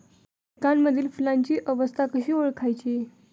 पिकांमधील फुलांची अवस्था कशी ओळखायची?